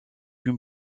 une